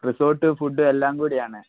resort food എല്ലാംകൂടിയാണ്